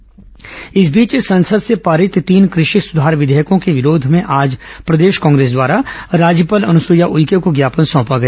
कृषि bill Congress प्रदर्शन इस बीच संसद से पारित तीन कृषि सुधार विधेयकों के विरोध में आज प्रदेश कांग्रेस द्वारा राज्यपाल अनुसुईया उइके को ज्ञापन सौंपा गया